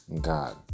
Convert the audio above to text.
God